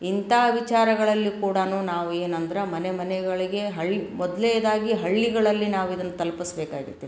ಇಂಥ ವಿಚಾರಗಳಲ್ಲಿ ಕೂಡಾ ನಾವು ಏನಂದ್ರೆ ಮನೆ ಮನೆಗಳಿಗೆ ಹಳ್ಳಿ ಮೊದ್ಲ್ನೇದಾಗಿ ಹಳ್ಳಿಗಳಲ್ಲಿ ನಾವು ಇದನ್ನು ತಲ್ಪಿಸ್ಬೇಕಾಗೈತೆ